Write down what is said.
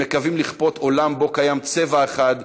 הם מקווים לכפות עולם שבו צבע אחד,